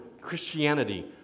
Christianity